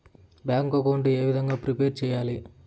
Bank account ఏ విధంగా prepare సెయ్యాలి?